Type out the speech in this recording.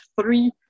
three